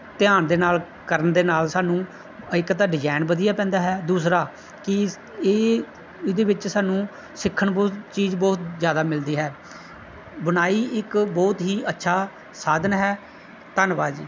ਧਿਆਨ ਦੇ ਨਾਲ ਕਰਨ ਦੇ ਨਾਲ ਸਾਨੂੰ ਇੱਕ ਤਾਂ ਡਿਜਾਇਨ ਵਧੀਆ ਪੈਂਦਾ ਹੈ ਦੂਸਰਾ ਕਿ ਇਹ ਇਹਦੇ ਵਿੱਚ ਸਾਨੂੰ ਸਿੱਖਣ ਬਹੁਤ ਚੀਜ਼ ਬਹੁਤ ਜ਼ਿਆਦਾ ਮਿਲਦੀ ਹੈ ਬੁਣਾਈ ਇੱਕ ਬਹੁਤ ਹੀ ਅੱਛਾ ਸਾਧਨ ਹੈ ਧੰਨਵਾਦ ਜੀ